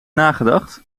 nagedacht